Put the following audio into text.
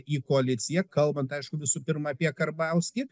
į koaliciją kalbant aišku visų pirma apie karbauskį